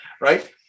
Right